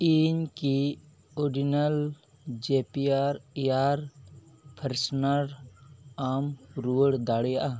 ᱤᱧ ᱠᱤ ᱚᱰᱳᱱᱤᱞ ᱡᱤᱯᱟᱨ ᱮᱭᱟᱨ ᱯᱷᱨᱮᱥᱱᱟᱨ ᱟᱢ ᱨᱩᱣᱟᱹᱲ ᱫᱟᱲᱮᱭᱟᱜᱼᱟ